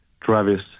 Travis